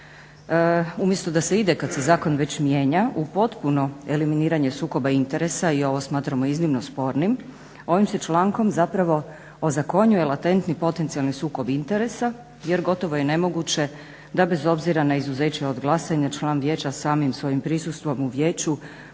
umjesto da se ide kad se zakon već mijenja u potpuno eliminiranje sukoba interesa i ovo smatramo iznimno spornim ovim se člankom zapravo ozakonjuje latentni potencijalni sukob interesa jer gotovo je nemoguće da bez obzira na izuzeće od glasanja član vijeća samim svojim prisustvom u vijeću